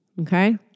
Okay